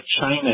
China